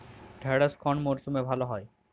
ঢেঁড়শ কোন মরশুমে ভালো হয়?